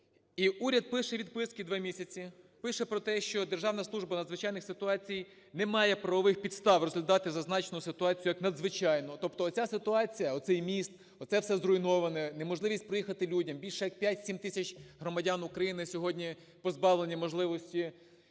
І уряд пише відписки два місяці, пише про те, що Державна служба надзвичайних ситуацій немає правових підстав розглядати зазначену ситуацію як надзвичайну. Тобто оця ситуація, оцей міст, оце все зруйноване, неможливість проїхати людям, більше як 5-7 тисяч громадян України сьогодні позбавлені можливості